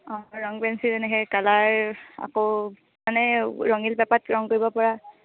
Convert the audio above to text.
অঁ ৰং পেঞ্চিল এনেকৈ কালাৰ আকৌ মানে ৰঙিন পেপাৰত ৰং কৰিব পৰা